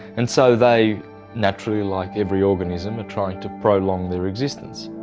and so they naturally like every organism are trying to prolong their existence,